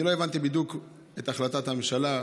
לא הבנתי בדיוק את החלטת הממשלה,